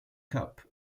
cup